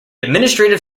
administrative